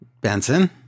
Benson